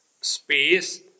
space